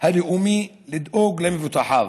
הלאומי לדאוג למבוטחיו.